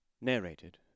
Narrated